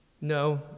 No